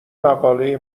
مقاله